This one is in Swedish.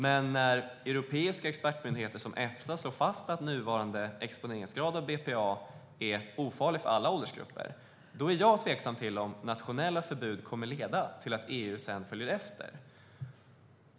Men när europeiska expertmyndigheter som Efsa slår fast att nuvarande exponeringsgrad av BPA är ofarlig för alla åldersgrupper är jag tveksam till om nationella förbud kommer att leda till att EU sedan följer efter.